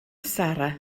sara